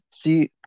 See